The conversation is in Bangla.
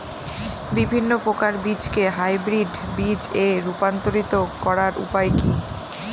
বিভিন্ন প্রকার বীজকে হাইব্রিড বীজ এ রূপান্তরিত করার উপায় কি?